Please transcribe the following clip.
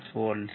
5V છે